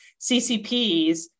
CCPs